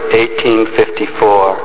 1854